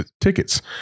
tickets